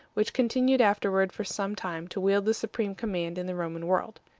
which continued afterward for some time to wield the supreme command in the roman world.